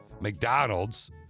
McDonald's